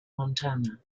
montana